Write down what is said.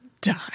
die